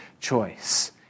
choice